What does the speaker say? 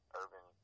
urban